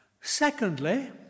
Secondly